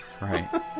Right